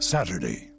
Saturday